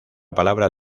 palabra